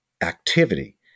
activity